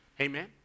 Amen